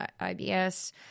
IBS